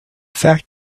fact